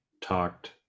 talked